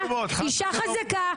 אישה חזקה,